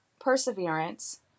Perseverance